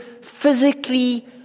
physically